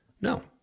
No